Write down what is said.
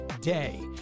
day